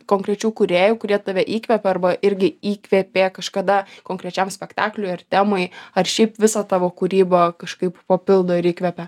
konkrečių kūrėjų kurie tave įkvepia arba irgi įkvėpė kažkada konkrečiam spektakliui ar temai ar šiaip visą tavo kūrybą kažkaip papildo ir įkvepia